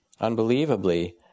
Unbelievably